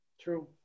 true